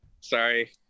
Sorry